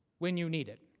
when you need it.